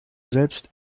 selbst